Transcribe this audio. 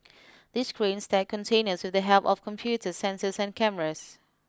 these cranes stack containers with the help of computers sensors and cameras